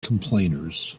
complainers